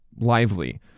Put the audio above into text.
lively